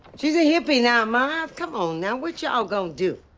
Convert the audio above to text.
she's a hippie now, ma! come on now, what y'all gonna do?